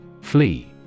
Flee